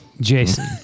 jason